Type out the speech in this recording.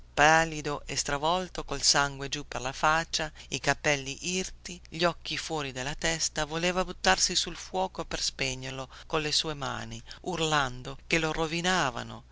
pallido e stravolto col sangue giù per la faccia i capelli irti gli occhi fuori della testa voleva buttarsi sul fuoco per spegnerlo colle sue mani urlando che lo rovinavano